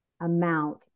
amount